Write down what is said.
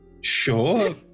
Sure